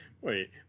wait